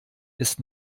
ist